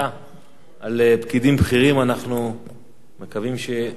אנחנו מקווים שגם רוחו של הדוח החדש תשרה על אותם פקידים.